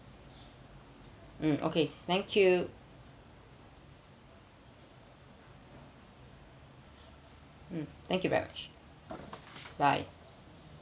mm okay thank you mm thank you very much bye